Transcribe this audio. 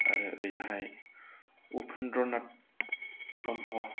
आरो ओरैहाय उपेन्द्रनाथ ब्रह्म